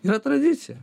yra tradicija